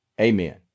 amen